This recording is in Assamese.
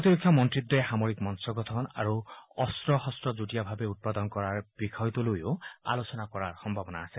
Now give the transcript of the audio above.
প্ৰতিৰক্ষা মন্ত্ৰীদ্বয়ে সামৰিক মঞ্চ গঠন আৰু অস্ত্ৰ শস্ত্ৰ যুটীয়াভাৱে উৎপাদন কৰাৰ বিষয়টোলৈও আলোচনা কৰাৰ সম্ভাৱনা আছে